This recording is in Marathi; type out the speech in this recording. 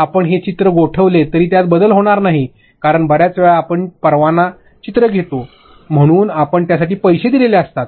आपण नंतर हे चित्र गोठविले तरी त्यात बदल होणार नाही कारण बर्याच वेळा आपण परवाना चित्र घेतो म्हणून आपण त्यासाठी पैसे दिलेले असतात